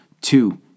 Two